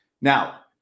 Now